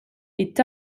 est